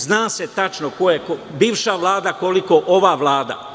Zna se tačno ko je koliko, bivša Vlada koliko i ova Vlada.